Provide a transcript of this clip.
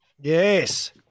Yes